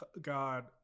God